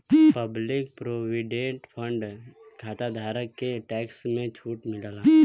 public provident fund खाताधारक के tax में छूट मिलला